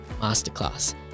masterclass